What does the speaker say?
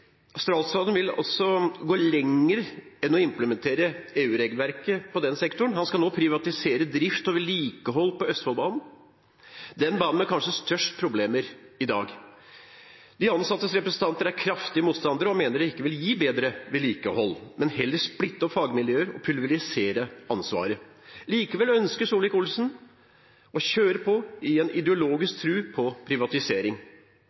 Statsråden vil altså gå lenger enn å implementere EU-regelverket i den sektoren. Han skal nå privatisere drift og vedlikehold på Østfoldbanen – den banen med kanskje størst problemer i dag. De ansattes representanter er kraftig motstandere og mener at det ikke vil gi bedre vedlikehold, men heller splitte opp fagmiljøer og pulverisere ansvaret. Likevel ønsker Solvik-Olsen å kjøre på i en ideologisk tro på privatisering.